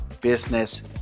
business